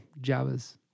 Java's